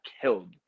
killed